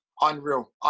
unreal